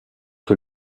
que